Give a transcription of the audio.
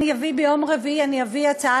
ביום רביעי אביא הצעה